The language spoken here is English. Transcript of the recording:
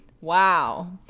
Wow